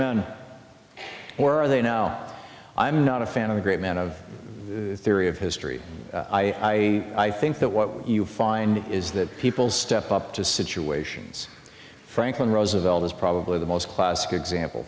men or are they now i'm not a fan of the great man of theory of history i think that what you find is that people step up to situations franklin roosevelt was probably the most classic example